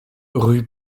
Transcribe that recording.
rue